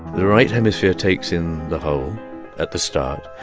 the right hemisphere takes in the whole at the start.